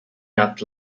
nut